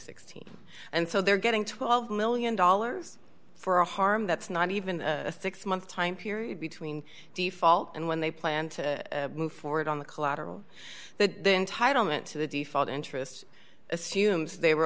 sixteen and so they're getting twelve million dollars for a harm that's not even a six month time period between default and when they plan to move forward on the collateral then title meant to the default interest assumes they were